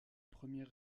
première